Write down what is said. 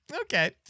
Okay